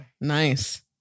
Nice